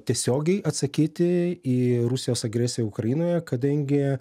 tiesiogiai atsakyti į rusijos agresiją ukrainoje kadangi